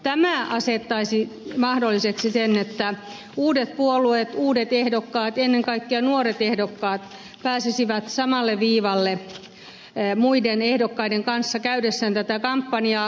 tämä asettaisi mahdolliseksi sen että uudet puolueet uudet ehdokkaat ennen kaikkea nuoret ehdokkaat pääsisivät samalle viivalle muiden ehdokkaiden kanssa käydessään tätä kampanjaa